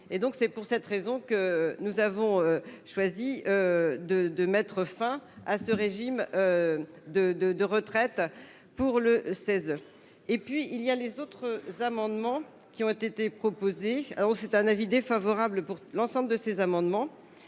Et donc c'est pour cette raison que nous avons choisi. De de mettre fin à ce régime. De de de retraite pour le 16 et puis il y a les autres amendements qui ont été proposés. C'est un avis défavorable pour l'ensemble de ces amendements.